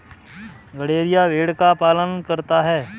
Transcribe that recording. गड़ेरिया भेड़ का पालन करता है